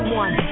one